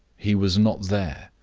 he was not there.